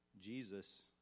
Jesus